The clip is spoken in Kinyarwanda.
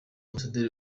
ambasaderi